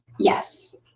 yes,